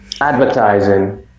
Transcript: advertising